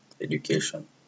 Education